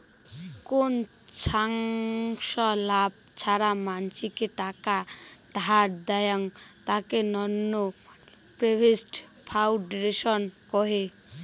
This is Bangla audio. কোন ছংস্থা লাভ ছাড়া মানসিকে টাকা ধার দেয়ং, তাকে নন প্রফিট ফাউন্ডেশন কহে